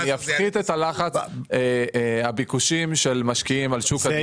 אני אפחית את לחץ הביקושים של משקיעים על שוק הדיור,